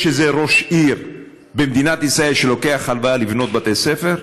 יש איזה ראש עיר במדינת ישראל שלוקח הלוואה לבנות בתי ספר,